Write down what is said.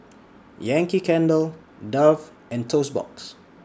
Yankee Candle Dove and Toast Box